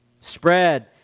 spread